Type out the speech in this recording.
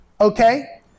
okay